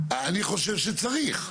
אני חושב שצריך.